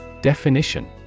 Definition